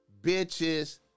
bitches